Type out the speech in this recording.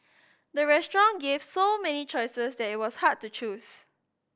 the restaurant gave so many choices that it was hard to choose